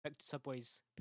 Subway's